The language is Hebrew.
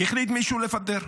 החליט מישהו לפטר.